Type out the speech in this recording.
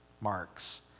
marks